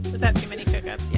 that too many cook-ups? yeah